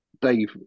Dave